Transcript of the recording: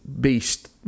beast